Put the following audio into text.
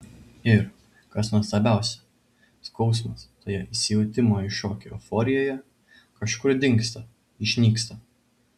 ir kas nuostabiausia skausmas toje įsijautimo į šokį euforijoje kažkur dingsta išnyksta